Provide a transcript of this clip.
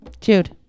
Jude